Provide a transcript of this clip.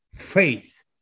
faith